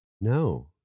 No